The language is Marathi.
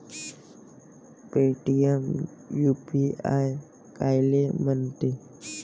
पेटीएम यू.पी.आय कायले म्हनते?